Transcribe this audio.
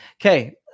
Okay